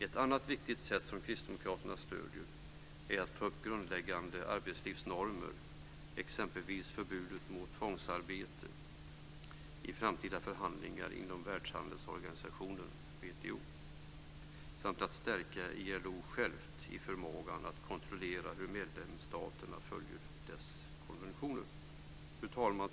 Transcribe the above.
Ett annat viktigt sätt, som kristdemokraterna stöder, är att ta upp grundläggande arbetslivsnormer, exempelvis förbudet mot tvångsarbete, i framtida förhandlingar inom världshandelsorganisationen WTO samt att stärka ILO självt i förmågan att kontrollera hur medlemsstaterna följer dess konventioner. Fru talman!